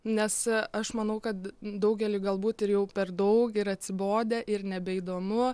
nes aš manau kad daugeliui galbūt ir jau per daug yra atsibodę ir nebeįdomu